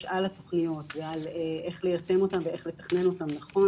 על התוכניות ואיך ליישם אותן ואיך לתכנן אותן נכון.